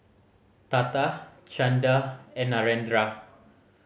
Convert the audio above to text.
Tata Chanda and Narendra